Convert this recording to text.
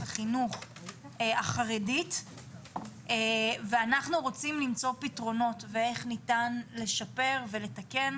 החינוך החרדית ואנחנו רוצים למצוא פתרונות ואיך ניתן לשפר ולתקן